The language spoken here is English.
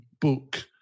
book